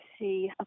see